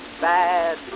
bad